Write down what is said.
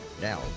Now